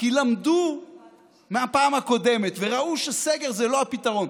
כי למדו מהפעם הקודמת וראו שסגר זה לא הפתרון.